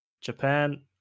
japan